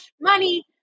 money